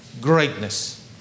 greatness